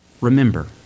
Remember